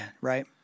Right